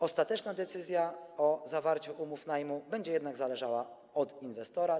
Ostateczna decyzja o zawarciu umów najmu będzie jednak zależała od inwestora.